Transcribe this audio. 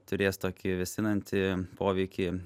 turės tokį vėsinantį poveikį